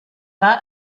war